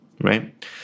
Right